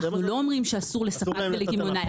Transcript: אנחנו לא אומרים שאסור לספק וקמעונאי,